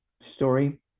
story